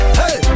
hey